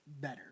better